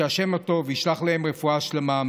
שה' הטוב ישלח להם רפואה שלמה,